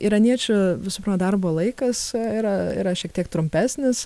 iraniečių visų pirma darbo laikas yra yra šiek tiek trumpesnis